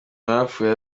narapfuye